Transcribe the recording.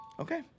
Okay